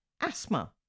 Asthma